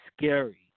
scary